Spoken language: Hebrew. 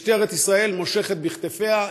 משטרת ישראל מושכת בכתפיה,